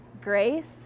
grace